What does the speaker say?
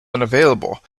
unavailable